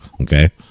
okay